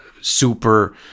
super